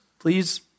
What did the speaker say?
Please